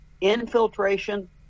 infiltration